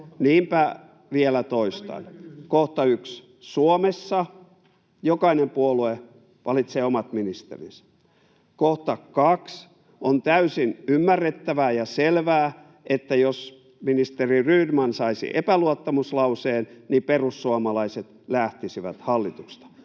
Niinpä vielä toistan: Kohta 1) Suomessa jokainen puolue valitsee omat ministerinsä. Kohta 2) on täysin ymmärrettävää ja selvää, että jos ministeri Rydman saisi epäluottamuslauseen, niin perussuomalaiset lähtisivät hallituksesta.